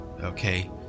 okay